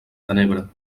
tenebra